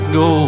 go